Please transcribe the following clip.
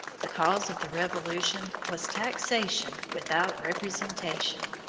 the cause of the revolution was taxation without representation.